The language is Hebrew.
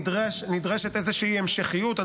נדרשת איזושהי המשכיות,